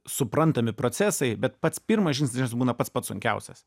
suprantami procesai bet pats pirmas žingsnis dažniausiai būna pats pats sunkiausias